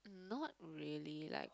not really like